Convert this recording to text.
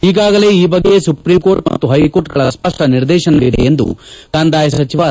ಈಗಾಗಲೇ ಈ ಬಗ್ಗೆ ಸುಪ್ರೀಂಕೋರ್ಟ್ ಮತ್ತು ಹೈಕೋರ್ಟ್ಗಳ ಸ್ಪಷ್ಟ ನಿರ್ದೇಶನವಿದೆ ಎಂದು ಕಂದಾಯ ಸಚಿವ ಆರ್